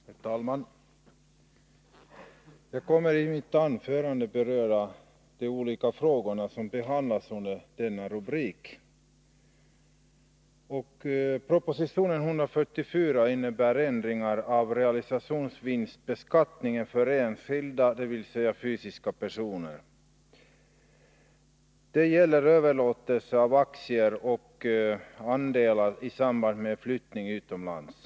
Herr talman! Jag kommer i mitt anförande att beröra de olika frågor som behandlas under denna rubrik. Proposition 144 innebär ändringar av realisationsvinstbeskattningen för enskilda, dvs. fysiska personer, vid överlåtelse av aktier och andelar i samband med flyttning utomlands.